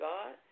God